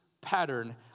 pattern